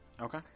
Okay